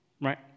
right